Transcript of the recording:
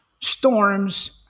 storms